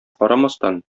карамастан